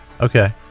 okay